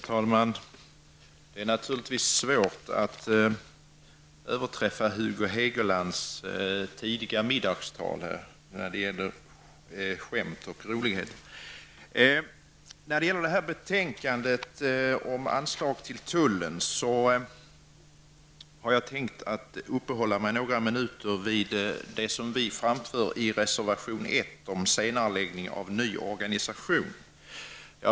Herr talman! Det är naturligtvis svårt att överträffa Hugo Hegelands tidiga middagstal när det gäller skämt och roligheter. När det gäller betänkandet om anslag till tullen vill jag uppehålla mig några minuter kring vad vi framför i reservation nr 1 om senareläggning av ny organisation.